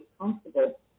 comfortable